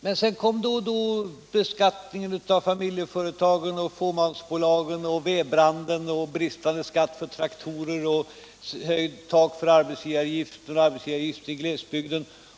Men lägg till detta skattelättnader i samband med beskattningen av familjeföretagen och fåmansbolagen, vedbränslet, traktorerna osv. och det höjda taket för arbetsgivaravgifterna i glesbygden!